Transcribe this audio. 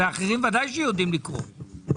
ואחרים בוודאי יודעים לקרוא.